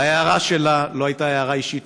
ההערה שלה לא הייתה הערה אישית,